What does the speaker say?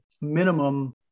minimum